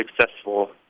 successful